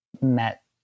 met